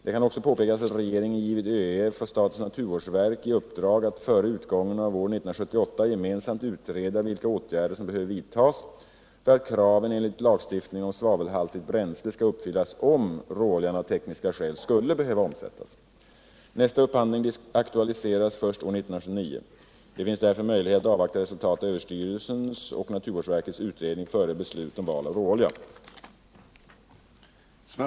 Det kan också påpekas att regeringen givit ÖEF och statens naturvårdsverk i uppdrag att före utgången av år 1978 gemensamt utreda vilka åtgärder som behöver vidtas för att kraven enligt lagstiftningen om svavelhaltigt bränsle skall uppfyllas om råoljan av tekniska skäl skulle behöva omsättas. Nästa upphandling aktualiseras först år 1979. Det finns därför möjlighet att avvakta resultatet av överstyrelsens och naturvårdsverkets utredning före beslut om val av råolja.